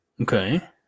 Okay